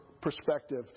perspective